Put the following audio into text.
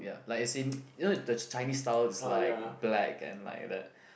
ya like as in you know the Chinese style is like black and like that